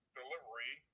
delivery